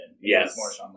Yes